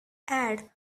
add